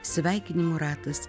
sveikinimų ratas